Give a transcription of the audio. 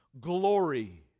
glory